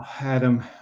Adam